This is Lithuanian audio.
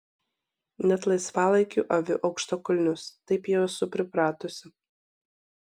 net laisvalaikiu aviu aukštakulnius taip jau esu pripratusi